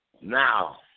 Now